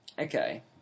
Okay